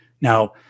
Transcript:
Now